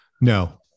No